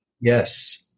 Yes